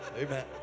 Amen